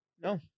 No